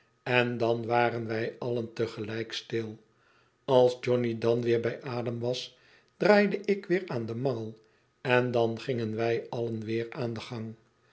en dan waren wij allen te gelijk stil als johnny dan weer bij adem was draaide ik weer aan den mangel en dan gingen wij allen weer aan den gang